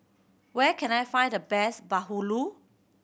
where can I find the best Bahulu